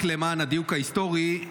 רק למען הדיוק ההיסטורי,